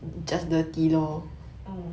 orh